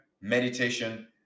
meditation